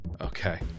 Okay